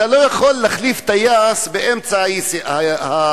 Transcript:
אתה לא יכול להחליף טייס באמצע הטיסה.